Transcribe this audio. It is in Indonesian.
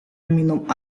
minum